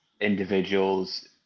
individuals